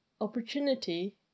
opportunity